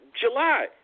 July